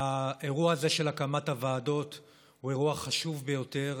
האירוע הזה של הקמת הוועדות הוא אירוע חשוב ביותר.